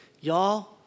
y'all